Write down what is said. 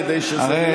כדי שזה,